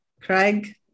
Craig